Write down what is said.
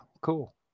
cool